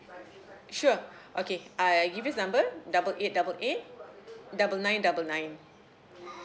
sure okay I I give you his number double eight double eight double nine double nine